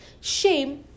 Shame